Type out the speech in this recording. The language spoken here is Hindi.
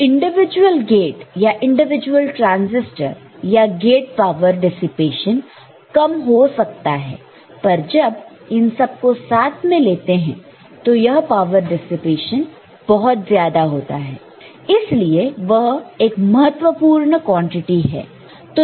तो इंडिविजुअल गेट या इंडिविजुअल ट्रांसिस्टर या गेट पावर डिसिपेशन कम हो सकता है पर जब इन सब को साथ में लेते हैं तो यह पावर डिसिपेशन बहुत ज्यादा होता है इसलिए वह एक महत्वपूर्ण क्वांटिटी है